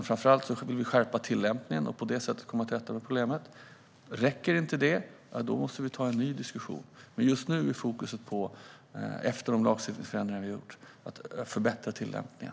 Framför allt ska vi skärpa tillämpningen och på det sättet komma till rätta med problemet. Räcker inte det måste vi ta en ny diskussion. Men efter de lagstiftningsförändringar vi har gjort är fokus på att förbättra tillämpningen.